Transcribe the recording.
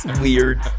Weird